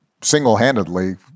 single-handedly